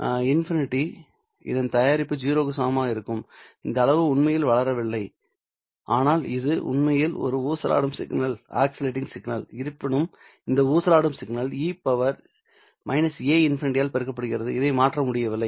∞ இதன் தயாரிப்பு 0 க்கு சமமாக இருக்கும் இந்த அளவு உண்மையில் வளரவில்லை ஆனால் இது உண்மையில் ஒரு ஊசலாடும் சிக்னல் இருப்பினும் இந்த ஊசலாடும் சிக்னல் e a∞ ஆல் பெருக்கப்படுகிறது இதை மாற்ற முடியவில்லை